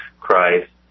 Christ